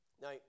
Now